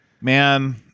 Man